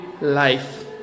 life